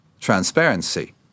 transparency